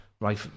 Right